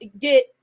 get